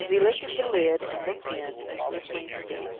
as he lifted the lid and looked in, his whistling ceased.